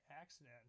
accident